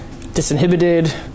disinhibited